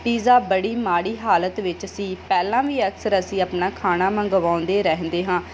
pizza ਬੜੀ ਮਾੜੀ ਹਾਲਤ ਵਿੱਚ ਸੀ ਪਹਿਲਾਂ ਵੀ ਅਕਸਰ ਅਸੀਂ ਆਪਣਾ ਖਾਣਾ ਮੰਗਵਾਉਂਦੇ ਰਹਿੰਦੇ ਹਾਂ